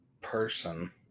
person